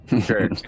Sure